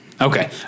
Okay